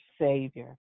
Savior